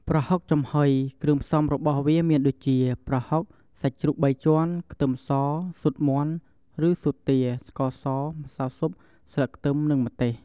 ប្រហុកចំហុយ គ្រឿងផ្សំរបស់វាមានដូចជា ប្រហុក សាច់ជ្រូកបីជាន់ ខ្ទឹមស ស៊ុតមាន់ ឬស៊ុតទា ស្ករស ម្សៅស៊ុប ស្លឹកខ្ទឹម និងម្ទេស។